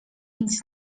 nic